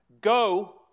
Go